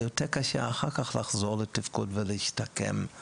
אחר כך יותר קשה לחזור לתפקוד ולהשתקם,